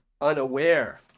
unaware